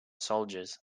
soldiers